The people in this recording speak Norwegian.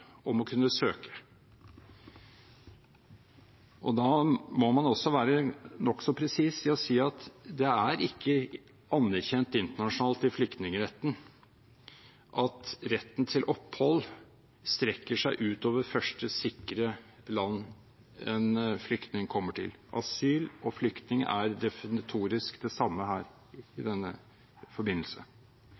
om å kunne søke. Da må man være nokså presis i å si at det ikke er anerkjent internasjonalt i flyktningretten at retten til opphold strekker seg utover første sikre land en flyktning kommer til. Asyl og flyktning er definitorisk det samme her, i denne forbindelse.